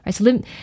Right